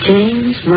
James